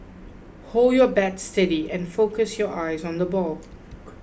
hold your bat steady and focus your eyes on the ball